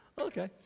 Okay